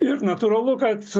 ir natūralu kad